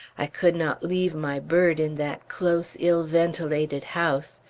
i could not leave my bird in that close, ill-ventilated house.